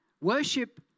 worship